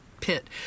pit